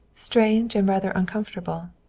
strange and rather uncomfortable.